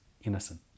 innocent